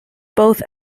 both